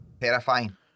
Terrifying